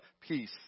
peace